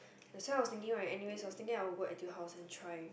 that why I was thinking right anyway of thinking like go Etude House and try